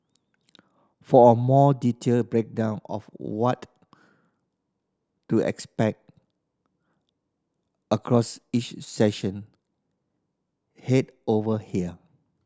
for a more detailed breakdown of what to expect across each session head over here